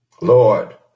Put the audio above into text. Lord